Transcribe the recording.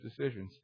decisions